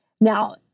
Now